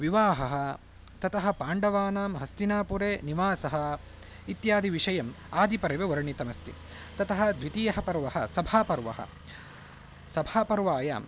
विवाहः ततः पाण्डवानां हस्तिनापुरे निवासः इत्यादिविषयः आदिपर्वे वर्णितमस्ति ततः द्वितीयं पर्व सभापर्व सभापर्वायां